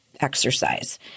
exercise